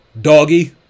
Doggy